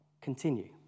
continue